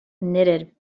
knitted